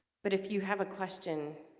but if you have a question